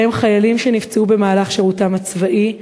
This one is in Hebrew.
ובהם חיילים שנפצעו במהלך שירותם הצבאי,